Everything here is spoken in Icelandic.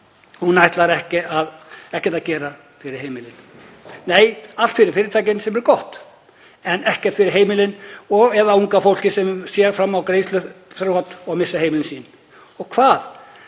ætli ekkert að gera fyrir heimilin. Nei, allt fyrir fyrirtækin, sem er gott, en ekkert fyrir heimilin eða unga fólkið sem sér fram á greiðsluþrot og að missa heimili sín og endar